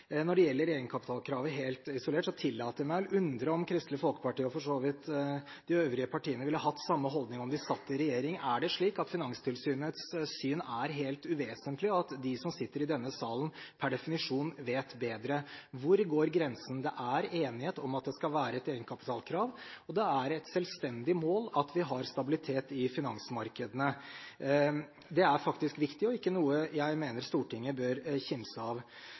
Når det gjelder egenkapitalkravet helt isolert, tillater jeg meg å undres over om Kristelig Folkeparti, og for så vidt de øvrige partiene, ville hatt samme holdning om de satt i regjering. Er det slik at Finanstilsynets syn er helt uvesentlig, og at de som sitter i denne salen, per definisjon vet bedre? Hvor går grensen? Det er enighet om at det skal være et egenkapitalkrav, og det er et selvstendig mål at vi har stabilitet i finansmarkedene. Det er faktisk viktig og noe jeg mener Stortinget ikke bør kimse av.